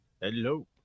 Hello